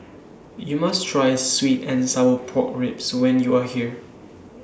YOU must Try Sweet and Sour Pork Ribs when YOU Are here